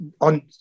on